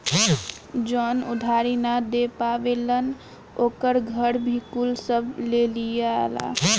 जवन उधारी ना दे पावेलन ओकर घर भी कुल सब ले लियाला